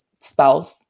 spouse